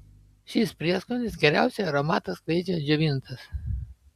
šis prieskonis geriausiai aromatą skleidžia džiovintas